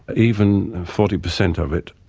even forty percent of it,